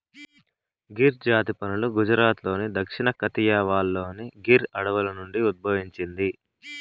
గిర్ జాతి పసులు గుజరాత్లోని దక్షిణ కతియావార్లోని గిర్ అడవుల నుండి ఉద్భవించింది